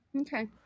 Okay